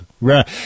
Right